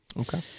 okay